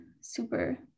super